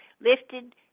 lifted